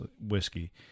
whiskey